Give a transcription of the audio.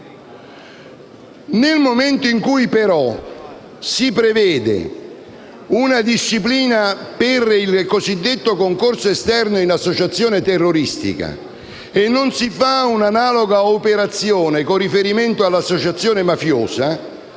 Nel momento in cui, però, si prevede una disciplina per il cosiddetto concorso esterno in associazione terroristica e non si fa un'analoga operazione con riferimento all'associazione mafiosa,